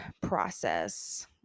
process